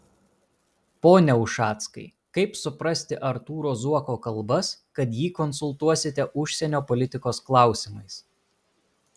pone ušackai kaip suprasti artūro zuoko kalbas kad jį konsultuosite užsienio politikos klausimais